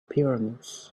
pyramids